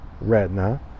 retina